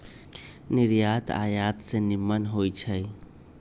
निर्यात आयात से निम्मन होइ छइ